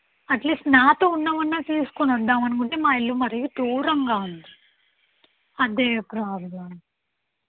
at least నాతో ఉన్నా మన్నా తీసుకొనొద్దామనుకుంటే మా ఇల్లు మరీదూరంగా ఉంది అదే ప్రాబ్లం